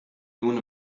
nun